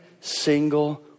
single